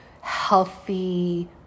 healthy